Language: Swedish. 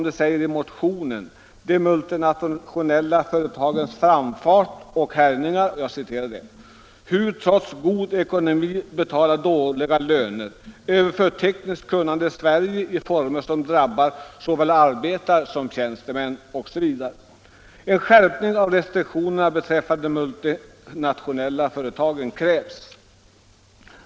Där talas om deras ”framfart och härjningar”, om hur de trots god ekonomi betalar dåliga löner, överför tekniskt kunnande till Sverige i former som drabbar såväl arbetare som tjänstemän osv. En skärpning av restriktionerna beträffande de multinationella företagen krävs.